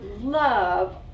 love